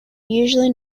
usually